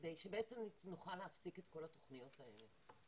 כדי שבעצם נוכל להפסיק את כל התוכניות האלה.